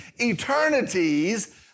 eternities